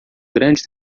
grande